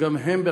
שגם הם,